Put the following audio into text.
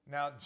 Now